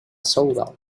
shovel